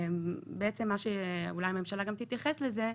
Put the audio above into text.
בעצם, מה שאולי הממשלה גם תתייחס לזה,